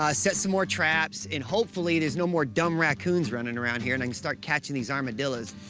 ah set some more traps, and hopefully, there's no more dumb raccoons running around here and i can start catching these armadillos.